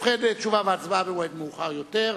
ובכן, תשובה והצבעה במועד מאוחר יותר.